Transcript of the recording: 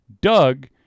Doug